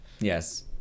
Yes